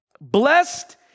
Blessed